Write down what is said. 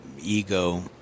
ego